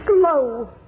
slow